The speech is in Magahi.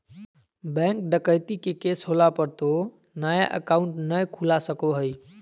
बैंक डकैती के केस होला पर तो नया अकाउंट नय खुला सको हइ